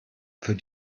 für